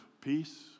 peace